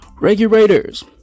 regulators